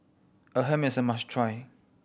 appam is a must try